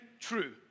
true